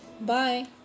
Bye